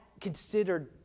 considered